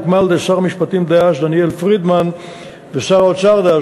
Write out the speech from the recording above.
הוקמה על-ידי שר המשפטים דאז דניאל פרידמן ושר האוצר דאז